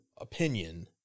opinion